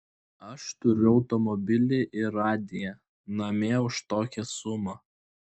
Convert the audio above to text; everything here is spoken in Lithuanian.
aš turiu automobilį ir radiją namie už tokią sumą